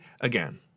again